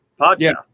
podcast